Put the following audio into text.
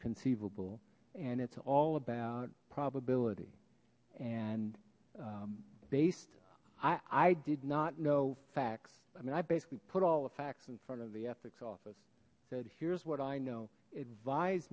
conceivable and it's all about probability and based i did not know facts i mean i basically put all the facts in front of the ethics office said here's what i know